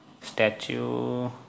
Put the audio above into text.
statue